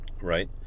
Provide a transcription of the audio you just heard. right